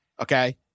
okay